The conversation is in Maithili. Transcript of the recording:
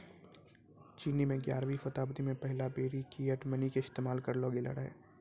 चीनो मे ग्यारहवीं शताब्दी मे पहिला बेरी फिएट मनी के इस्तेमाल करलो गेलो रहै